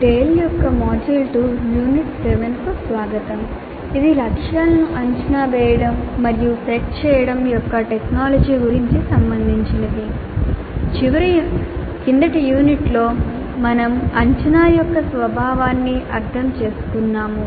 చివరి యూనిట్లో మేము అంచనా యొక్క స్వభావాన్ని అర్థం చేసుకున్నాము